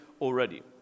already